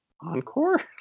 encore